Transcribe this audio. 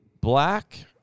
Black